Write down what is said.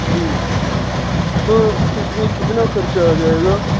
جی جی تو اس میں کتنا خرچہ آ جائے گا